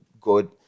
good